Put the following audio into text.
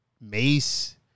Mace